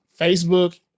facebook